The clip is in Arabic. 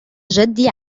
جدي